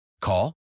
Call